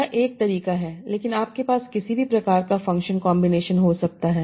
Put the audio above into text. यह एक तरीका है लेकिन आपके पास किसी भी प्रकार का फंक्शन कॉन्बिनेशन हो सकता है